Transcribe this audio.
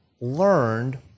learned